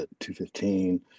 215